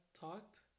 talked